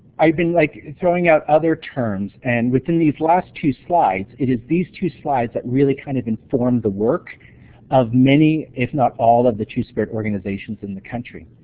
i've been like throwing out other terms and within these last two slides it is these two slides that really kind of inform the work of many, if not all of the two-spirit organizations in the country.